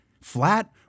flat